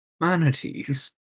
Manatees